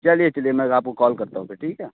चलिए चलिए मैं आपको कॉल करता हूँ फिर ठीक है